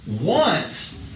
want